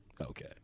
Okay